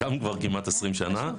כמעט כבר 20 שנה,